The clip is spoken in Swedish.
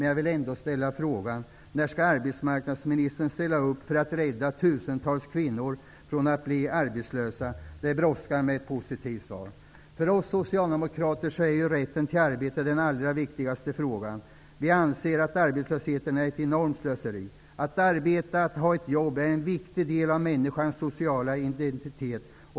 Jag vill ändå ställa frågan: När skall arbetsmarknadsministern ställa upp för att rädda tusentals kvinnor från att bli arbetslösa? Det brådskar med ett positivt svar. För oss socialdemokrater är rätten till arbete den allra viktigaste frågan. Vi anser att arbetslösheten är ett enormt slöseri. Att arbeta och ha ett jobb är en viktig del av människans sociala identitet.